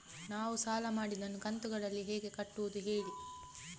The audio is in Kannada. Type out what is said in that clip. ನಾವು ಸಾಲ ಮಾಡಿದನ್ನು ಕಂತುಗಳಲ್ಲಿ ಹೇಗೆ ಕಟ್ಟುದು ಹೇಳಿ